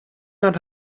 not